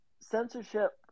censorship